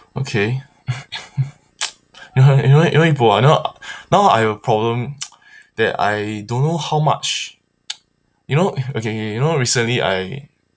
okay you know you know you know for now now I have a problem that I don't know how much you know ugh okay okay okay you know recently I